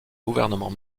gouvernement